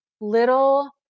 little